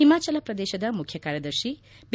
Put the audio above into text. ಹಿಮಾಚಲ ಪ್ರದೇಶದ ಮುಖ್ಯ ಕಾರ್ಯದರ್ಶಿ ಬಿ